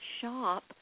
shop